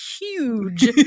huge